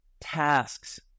tasks